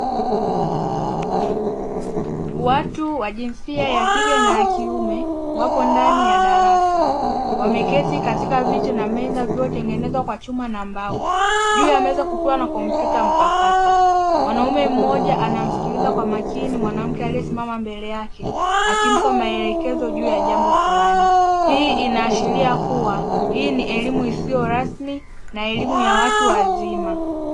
Watu wa jinsia ya kike na ya kiume wapo ndani ya darasa, wameketi katika viti na meza vilivyo tengenezwa kwa chuma na mbao, juu ya meza kukiwa na komputa mpakato mwanaume mmoja anamsikiliza kwa makini mwanamke aliye simama akimpa maelekezo juu ya jambo fulani. Hii inaashiria kuwa hii ni elimu isiyo rasmi na elimu ya watu wazima.